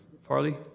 Farley